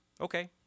okay